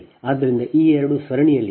ಆದ್ದರಿಂದ ಈ ಎರಡು ಸರಣಿಯಲ್ಲಿವೆ